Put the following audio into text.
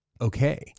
Okay